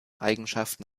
eigenschaften